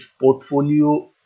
portfolio